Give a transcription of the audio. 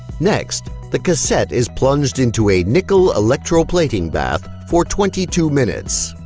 next, the cassette is plunged into a nickel electro plating bath for twenty two minutes